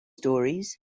stories